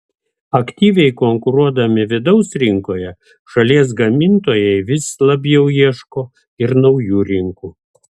aktyviai konkuruodami vidaus rinkoje šalies gamintojai vis labiau ieško ir naujų rinkų